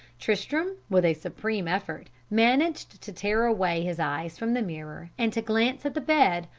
tristram, with a supreme effort, managed to tear away his eyes from the mirror and to glance at the bed,